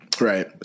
Right